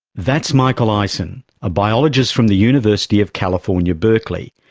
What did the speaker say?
that's michael eisen, a biologist from the university of california, berkeley,